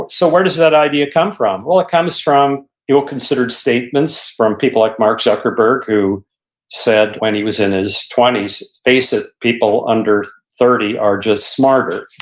so where does that idea come from? well, it comes from considered statements from people like mark zuckerberg who said when he was in his twenties, face it, people under thirty are just smarter.